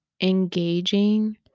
engaging